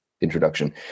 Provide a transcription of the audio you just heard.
introduction